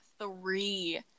three